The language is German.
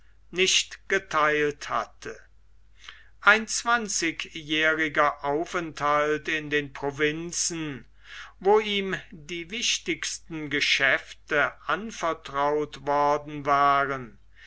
nicht getheilt hatte ein zwanzigjähriger aufenthalt in den provinzen wo ihm die wichtigsten geschäfte anvertraut worden waren